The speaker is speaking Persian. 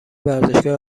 ورزشگاه